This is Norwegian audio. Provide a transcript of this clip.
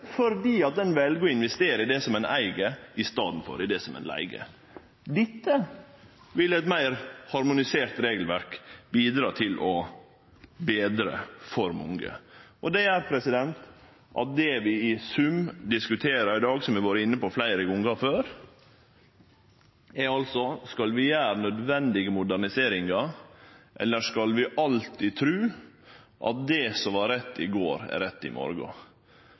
fordi ein vel å investere i det som ein eig, i staden for i det som ein leiger. Dette vil eit meir harmonisert regelverk bidra til å betre for mange, og det gjer at det vi i sum diskuterer i dag, som eg har vore inne på fleire gonger før, er: Skal vi gjere nødvendige moderniseringar, eller skal vi alltid tru at det som var rett i går, er rett i morgon?